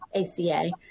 ACA